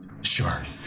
sure